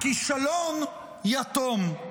הכישלון יתום.